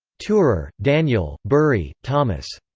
thurer, daniel, burri, thomas.